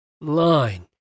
line